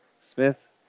Smith